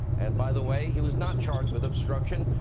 and by the way, he was not charged with obstruction.